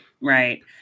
Right